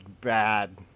bad